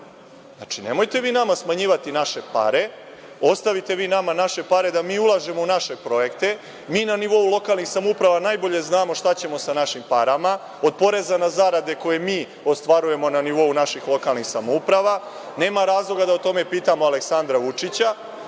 nemojte vi nama smanjivati naše pare. Ostavite vi nama naše pare da mi ulažemo u naše projekte. Mi na nivou lokalnih samouprava najbolje znamo šta ćemo sa našim parama, od poreza na zarade koje mi ostvarujemo na nivou naših lokalnih samouprava. Nema razloga da o tome pitamo Aleksandra Vučića.